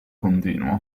continuo